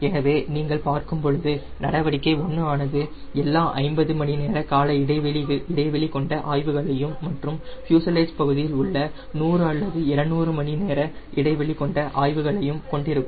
எனவே நீங்கள் பார்க்கும் பொழுது நடவடிக்கை 1 ஆனது எல்லா 50 மணி நேர கால இடைவெளி கொண்ட ஆய்வுகளையும் மற்றும் ஃப்யூசலேஜ் பகுதியில் உள்ள 100 அல்லது 200 மணி நேர இடைவெளி கொண்ட ஆய்வுகளையும் கொண்டிருக்கும்